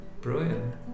Brilliant